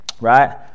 Right